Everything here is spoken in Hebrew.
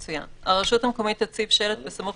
6. הרשות המקומית תציב שלט בסמוך